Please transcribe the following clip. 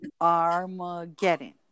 Armageddon